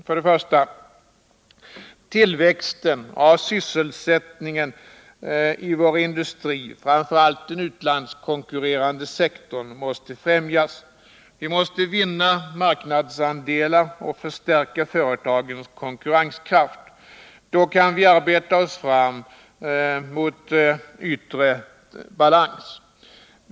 För det första, tillväxten av sysselsättningen i vår industri, framför allt den utlandskonkurrerande sektorn, måste främjas. Vi måste vinna marknadsandelar och förstärka företagens konkurrenskraft. Då kan vi arbeta oss fram till yttre balans.